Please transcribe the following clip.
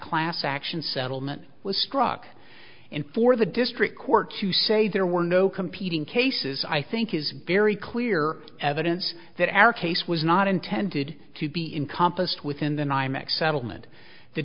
class action settlement was struck and for the district court to say there were no competing cases i think is very clear evidence that our case was not intended to be in compas within the nymex settlement the